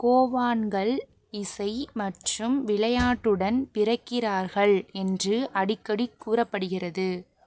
கோவான்கள் இசை மற்றும் விளையாட்டுடன் பிறக்கிறார்கள் என்று அடிக்கடி கூறப்படுகிறது